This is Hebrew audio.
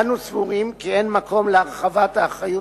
אנו סבורים כי אין מקום להרחבת האחריות